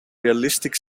realistic